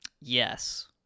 Yes